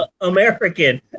American